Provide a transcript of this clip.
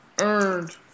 earned